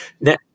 Now